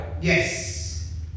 Yes